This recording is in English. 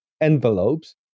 envelopes